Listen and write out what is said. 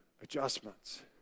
adjustments